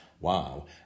Wow